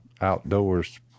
outdoors